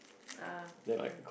uh ya